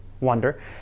wonder